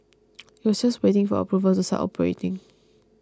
it was just waiting for approval to start operating